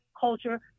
culture